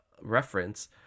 reference